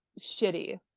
shitty